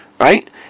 right